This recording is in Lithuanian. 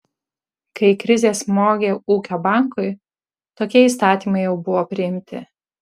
kai krizė smogė ūkio bankui tokie įstatymai jau buvo priimti